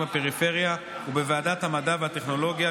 בפריפריה ובוועדת המדע והטכנולוגיה,